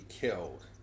killed